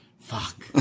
fuck